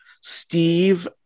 steve